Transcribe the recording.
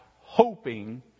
hoping